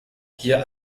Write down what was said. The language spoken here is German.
hier